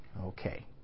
Okay